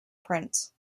prince